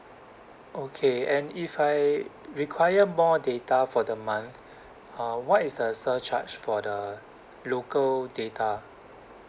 okay and if I require more data for the month uh what is the surcharge for the local data